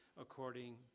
according